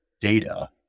data